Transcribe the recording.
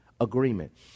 Agreement